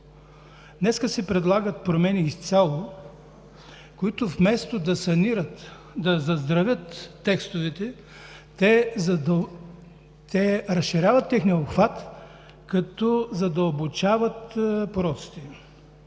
Днес се предлагат промени изцяло, които, вместо да санират, да заздравят текстовете, разширяват техния обхват, като задълбочават пороците